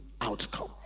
outcome